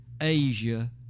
asia